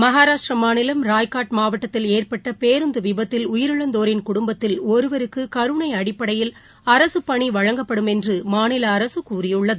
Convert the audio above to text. மஹாராஷ்டிராமாநிலம் ராய்காட் மாவட்டத்தில் ஏற்பட்டபேருந்துவிபத்தில் உயிரிழந்தோரின் குடும்பத்தில் ஒருவருக்குகருணைஅடிப்படையில் அரசுப்பணிவழங்கப்படும் என்றுமாநிலஅரசுகூறியுள்ளது